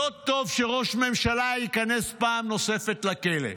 לא טוב שראש ממשלה ייכנס פעם נוספת לכלא.